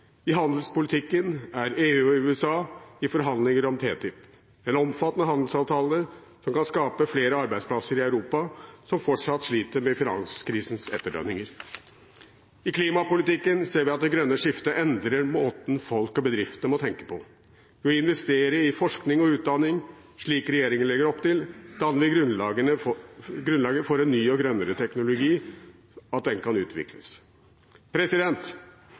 I handelspolitikken er EU og USA i forhandlinger om TTIP, en omfattende handelsavtale som kan skape flere arbeidsplasser i et Europa som fortsatt sliter med finanskrisens etterdønninger. I klimapolitikken ser vi at det grønne skiftet endrer måten folk og bedrifter må tenke på. Ved å investere i forskning og utdanning, slik regjeringen legger opp til, danner vi grunnlaget for at ny og grønnere teknologi kan